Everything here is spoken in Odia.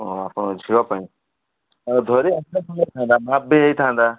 ଓହୋ ଆପଣଙ୍କ ଝିଅ ପାଇଁ ତା'କୁ ଧରି ଆସିଥିଲେ ଭଲ ହେଇଥାନ୍ତା ହେଇଥାନ୍ତା